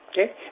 okay